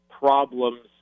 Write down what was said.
problems